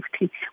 safety